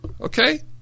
Okay